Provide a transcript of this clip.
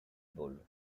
ball